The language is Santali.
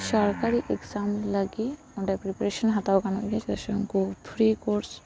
ᱥᱚᱨᱠᱟᱨᱤ ᱮᱠᱡᱟᱢ ᱞᱟᱹᱜᱤᱫ ᱚᱸᱰᱮ ᱯᱨᱤᱯᱟᱨᱮᱥᱚᱱ ᱦᱟᱛᱟᱣ ᱜᱟᱱᱚᱜ ᱜᱮᱭᱟ ᱯᱨᱤᱯᱟᱨᱮᱥᱚᱱ ᱠᱚ ᱯᱷᱨᱤ ᱠᱳᱨᱥ